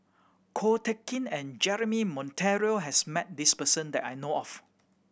Ko Teck Kin and Jeremy Monteiro has met this person that I know of